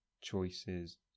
choices